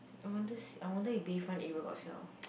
I want this I wonder if Bayfront area got sell